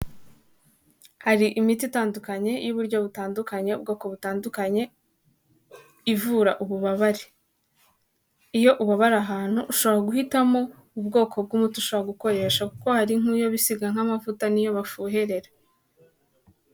Hari imiti itandukanye y'uburyo butandukanye ubwoko butandukanye ivura ububabare, iyo ubabara ahantu ushobora guhitamo ubwoko bw'umuti ushobora gukoresha kuko hari nk'iyo bisiga nk'amavuta niyo bafuhera.